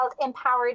empowered